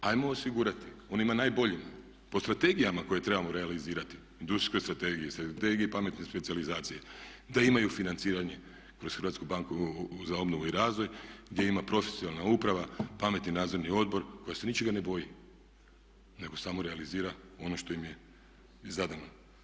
Hajmo osigurati onima najboljima po strategijama koje trebamo realizirati, Industrijskoj strategiji, Strategiji pametne specijalizacije da imaju financiranje kroz Hrvatsku banku za obnovu i razvoj gdje ima profesionalna uprava, pametni Nadzorni odbor koja se ničega ne boji, nego samo realizira ono što im je zadano.